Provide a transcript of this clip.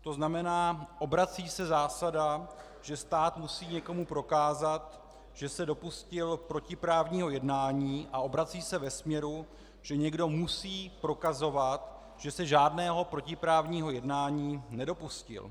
To znamená, obrací se zásada, že stát musí někomu prokázat, že se dopustil protiprávního jednání, a obrací se ve směru, že někdo musí prokazovat, že se žádného protiprávního jednání nedopustil.